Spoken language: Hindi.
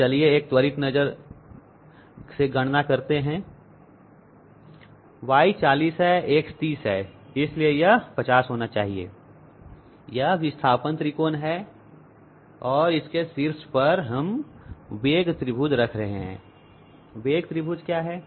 तो चलिए एक त्वरित गणना करते हैं Y 40 है X 30 है और इसलिए यह 50 होना चाहिए यह विस्थापन त्रिकोण है और इसके शीर्ष पर हम वेग त्रिभुज रख रहे हैं वेग त्रिभुज क्या है